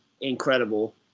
incredible